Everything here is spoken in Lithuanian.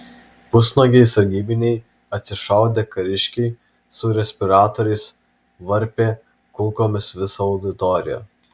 pusnuogiai sargybiniai atsišaudė kariškiai su respiratoriais varpė kulkomis visą auditoriją